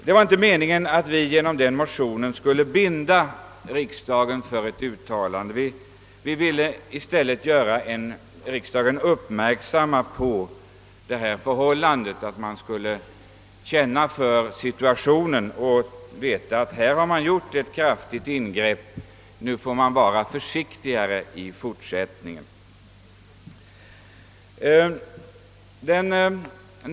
Det var inte meningen att genom denna motion binda riksdagen för ett uttalande. Vi ville i stället göra riksdagen uppmärksam på förhållandet, att man gjort ett kraftig ingrepp och att man därför måste vara försiktigare i fortsättningen.